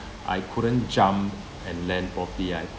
I couldn't jump and land properly I